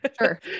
sure